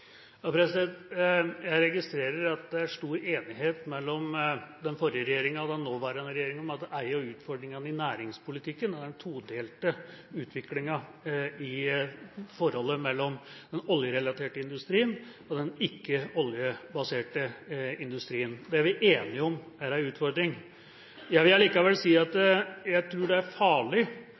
er stor enighet mellom den forrige regjeringa og den nåværende regjeringa om at en av utfordringene i næringspolitikken er den todelte utviklinga i forholdet mellom den oljerelaterte industrien og den ikke oljebaserte industrien. Det er vi enige om er en utfordring. Jeg tror likevel det er farlig å gi inntrykk av at det at vi er